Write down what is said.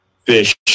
Fish